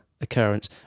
occurrence